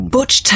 Butch